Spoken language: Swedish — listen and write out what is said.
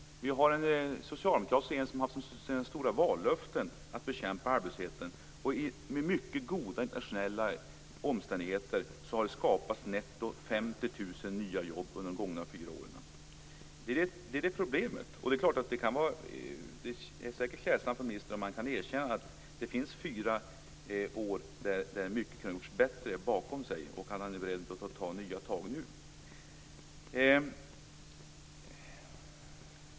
Vi har en socialdemokratisk regering som haft som ett av sina stora vallöften att bekämpa arbetslösheten. Med mycket goda internationella omständigheter har det under de gångna fyra åren skapats 50 000 nya jobb netto. Det är det som är problemet. Det vore klädsamt om ministern kunde erkänna att vi har fyra år då mycket kunde ha gjorts bättre bakom oss och säga att han är beredd att ta nya tag nu.